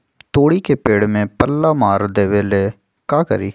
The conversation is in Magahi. तोड़ी के पेड़ में पल्ला मार देबे ले का करी?